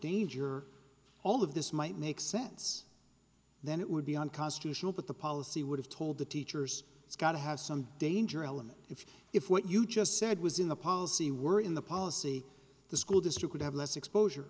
danger all of this might make sense then it would be unconstitutional but the policy would have told the teachers it's got to have some danger element if if what you just said was in the policy were in the policy the school district would have less exposure